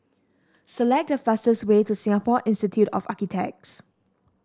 select the fastest way to Singapore Institute of Architects